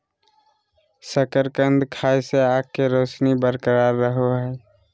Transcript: शकरकंद खाय से आंख के रोशनी बरकरार रहो हइ